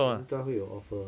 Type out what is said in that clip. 我应该会有 offer